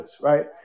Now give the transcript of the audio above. right